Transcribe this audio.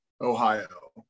Ohio